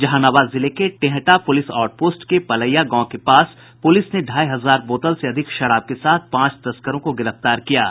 जहानाबाद जिले के टेंहटा पुलिस आउट पोस्ट के पलैया गांव के पास पुलिस ने ढ़ाई हजार बोतल से अधिक शराब के साथ पांच तस्करों को गिरफ्तार किया है